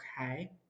okay